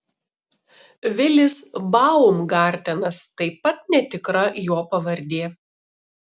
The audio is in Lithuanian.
vilis baumgartenas taip pat netikra jo pavardė